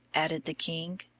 added the king.